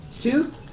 Two